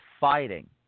fighting